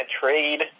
trade